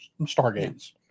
Stargates